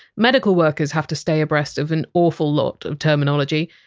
medical workers have to stay abreast of an awful lot of terminology.